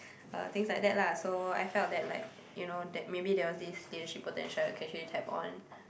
uh things like that lah so I felt that like you know that maybe there was this leadership potential I can actually tap on